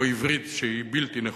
או עברית שהיא בלתי נכונה.